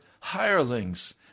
hirelings